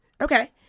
Okay